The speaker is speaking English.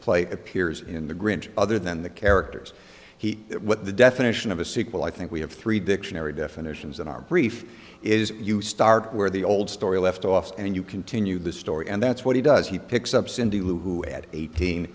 play appears in the grinch other than the characters he what the definition of a sequel i think we have three dictionary definitions in our brief is you start where the old story left off and you continue the story and that's what he does he picks up cindy who at eighteen